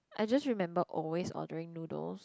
I just remembered always ordering noodles